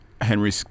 Henry